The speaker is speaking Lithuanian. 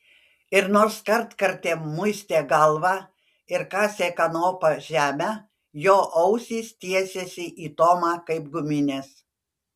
ir nors kartkartėm muistė galvą ir kasė kanopa žemę jo ausys tiesėsi į tomą kaip guminės